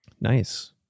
Nice